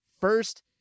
first